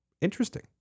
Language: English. Interesting